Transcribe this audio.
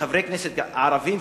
כחברי כנסת ערבים,